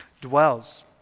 dwells